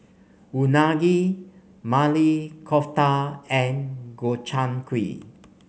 Unagi Maili Kofta and Gobchang Gui